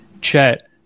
Chet